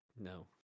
No